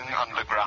underground